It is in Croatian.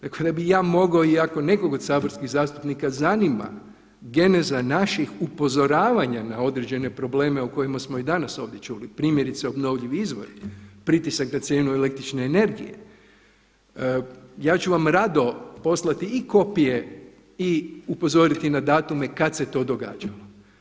Tako da bih ja mogao i ako nekog od saborskih zastupnika zanima geneza naših upozoravanja na određene probleme o kojima smo i danas ovdje čuli, primjerice obnovljivi izvori, pritisak na cijenu električne energije ja ću vam rado poslati i kopije i upozoriti na datume kada se to događalo.